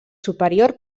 superior